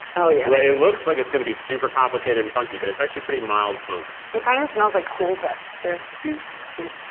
oh yeah. right, it looks like it's going to be super complicated and funky, but it's actually pretty mild funk. it kind of smells like cool whip. cheers. to cheese.